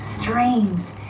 streams